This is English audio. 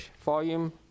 Volume